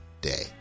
day